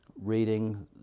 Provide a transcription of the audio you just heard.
reading